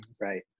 right